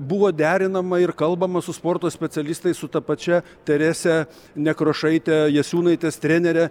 buvo derinama ir kalbama su sporto specialistais su ta pačia terese nekrašaite jasiūnaitės trenere